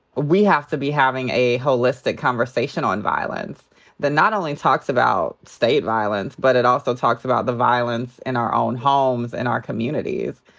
we have to be having a holistic conversation on violence that not only talks about state violence but it also talks about the violence in our own homes, in our communities.